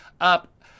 up